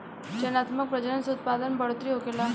चयनात्मक प्रजनन से उत्पादन में बढ़ोतरी होखेला